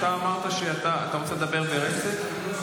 אתה אמרת שאתה רוצה לדבר ברצף?